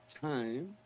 time